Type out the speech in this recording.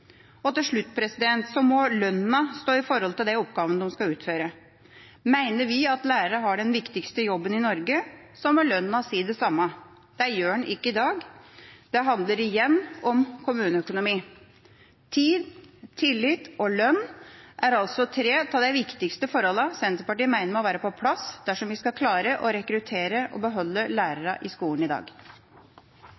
Og til slutt: Lønna må stå i forhold til de oppgavene de skal utføre. Mener vi at lærere har den viktigste jobben i Norge, må lønna si det samme. Det gjør den ikke i dag. Det handler igjen om kommuneøkonomi. Tid, tillit og lønn er altså tre av de viktigste forholdene Senterpartiet mener må være på plass dersom vi skal klare å rekruttere og beholde lærere i skolen i dag.